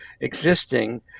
existing